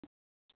okay